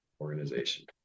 Organization